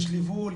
יש ליווי,